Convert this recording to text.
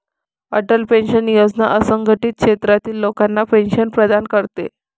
Atal pension योजना असंघटित क्षेत्रातील लोकांना पेन्शन प्रदान करते